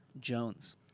Jones